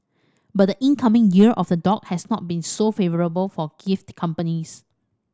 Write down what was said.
but the incoming Year of the Dog has not been so favourable for gift companies